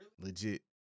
Legit